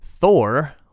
Thor